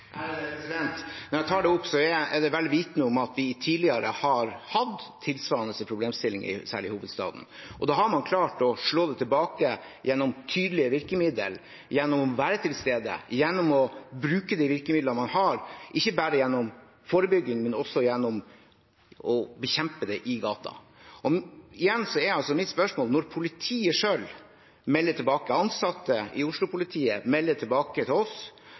opp, er det vel vitende om at vi tidligere har hatt tilsvarende problemstillinger, særlig i hovedstaden. Da har man klart å slå det tilbake gjennom tydelige virkemidler, gjennom å være til stede, gjennom å bruke de virkemidlene man har, ikke bare gjennom forebygging, men også gjennom å bekjempe det på gaten. Igjen er mitt spørsmål: Man må selvfølgelig ha en kombinasjon av forebygging og tilstedeværelse, men når ansatte i Oslo-politiet melder tilbake til oss